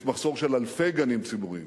יש מחסור של אלפי גנים ציבוריים,